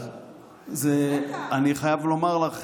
אני חייב לומר לך,